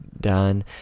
done